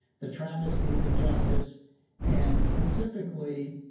the travesties of justice and specifically,